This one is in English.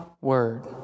word